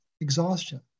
exhaustion